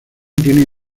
tienen